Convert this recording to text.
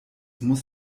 muss